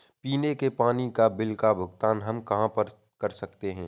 पीने के पानी का बिल का भुगतान हम कहाँ कर सकते हैं?